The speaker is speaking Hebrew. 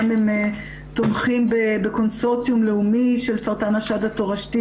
גם הם תומכים בקונסורציום לאומי של סרטן השד התורשתי